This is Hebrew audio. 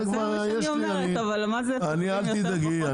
אני אל תדאגי,